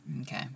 okay